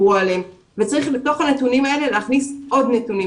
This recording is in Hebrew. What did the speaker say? צריך לתוך הנתונים האלה להכניס עוד נתונים